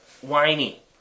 whiny